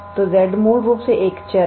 तो z मूल रूप से एक चर है